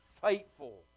faithful